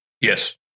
Yes